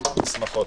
בשמחות.